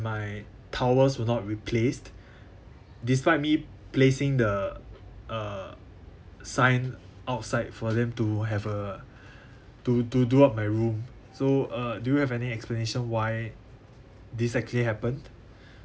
my towels were not replaced despite me placing the uh sign outside for them to have a to to do out my room so uh do you have any explanation why this actually happened